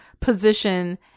position